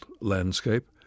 landscape